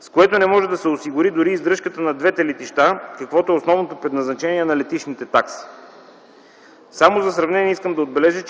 с което не може да се осигури дори издръжката на двете летища, каквото е основното предназначение на летищните такси. Само за сравнение искам да отбележа,